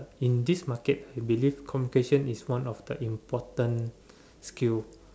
in this market I believe communication is one of the important skill